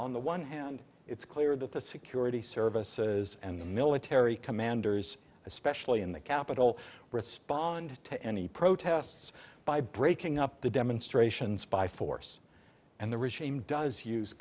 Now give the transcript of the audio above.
on the one hand it's clear that the security services and the military commanders especially in the capital respond to any protests by breaking up the demonstrations by force and the regime does use